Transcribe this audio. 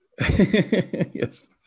Yes